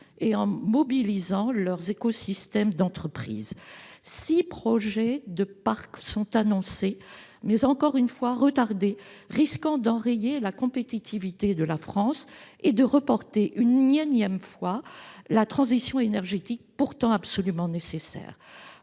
et en mobilisant leurs écosystèmes d'entreprises. Six projets de parcs sont annoncés, mais, encore une fois, retardés, au risque d'enrayer la compétitivité de la France et de reporter une énième fois la transition énergétique, pourtant absolument nécessaire.